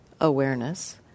awareness